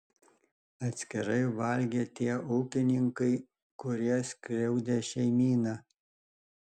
atskirai valgė tie ūkininkai kurie skriaudė šeimyną